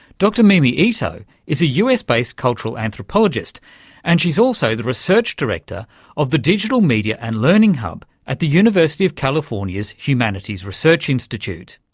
dr mimi ito is a us-based cultural anthropologist and she's also the research director of the digital media and learning hub at the university of california's humanities research institute.